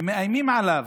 מאיימים עליו,